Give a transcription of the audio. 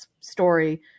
story